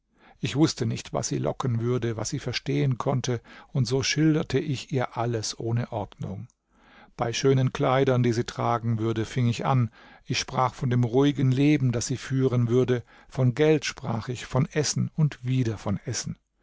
ich wußte nicht was sie locken würde was sie verstehen konnte und so schilderte ich ihr alles ohne ordnung bei schönen kleidern die sie tragen würde fing ich an ich sprach von dem ruhigen leben das sie führen würde von geld sprach ich von essen und wieder von essen